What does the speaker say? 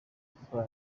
gukora